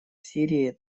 сирии